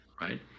right